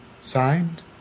Signed